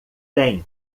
tem